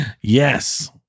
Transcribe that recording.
Yes